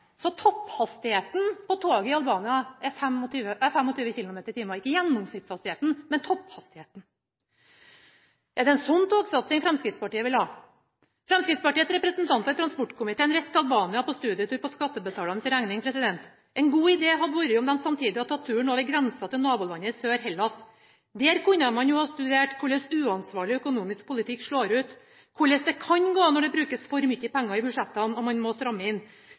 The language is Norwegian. i Albania er 25 km/t. Er det en sånn togsatsing Fremskrittspartiet vil ha? Fremskrittspartiets representanter i transportkomiteen reiste til Albania på studietur på skattebetalernes regning. Det hadde vært en god idé om de samtidig hadde tatt turen over grensa til nabolandet i sør, Hellas. Der kunne man jo ha studert hvordan uansvarlig økonomisk politikk slår ut, og hvordan det kan gå når det brukes for mye penger i budsjettene, og man må stramme inn.